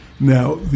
Now